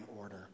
order